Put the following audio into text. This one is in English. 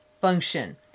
function